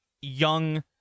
young